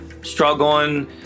struggling